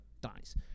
dies